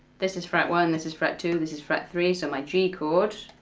this is fret one, this is fret two, this is fret three, so my g chord